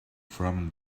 from